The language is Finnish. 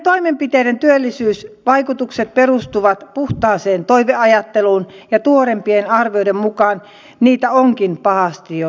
näiden toimenpiteiden työllisyysvaikutukset perustuvat puhtaaseen toiveajatteluun ja tuoreimpien arvioiden mukaan niitä onkin pahasti jo liioiteltu